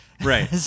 Right